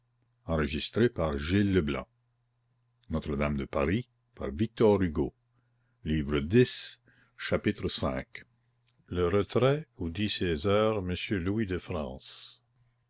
qu'on appelait le retrait où dit ses heures monsieur louis de france